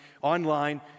online